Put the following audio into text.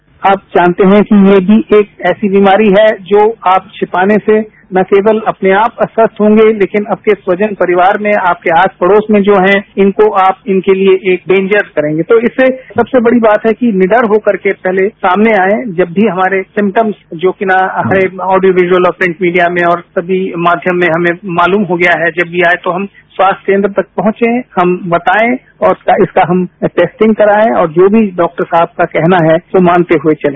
sound bite आप जानते है कि ये भी एक ऐसी बीमारी है जो आप छिपाने से न केवल अपने आप अस्वस्थ होंगे लेकिन आपके स्वजन परिवार में आपके आस पड़ोस में जो है इनको आप इनके लिए एक डेन्जर्स करेंगे तो इससे सबसे बड़ी बात है कि निडर होकर के सामने आए जब भी हमारे सिमटम्स जो कि ऑडियो विजुअल प्रिंट मीडिया में और सभी माध्यम में हमें मालूम हो गया है कि जब ये आये तो हम स्वास्थ्य केन्द्र तक पहुंचे हम बताए और इसका हम टैस्टिंग कराएं और जो भी डॉक्टर साहब का कहना है वो मानते हुए चले